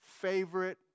favorite